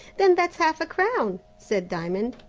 then that's half-a-crown, said diamond.